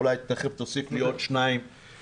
אולי תכף תוסיף לי עוד שניים-שלושה.